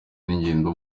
n’ingendo